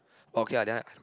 okay ah then I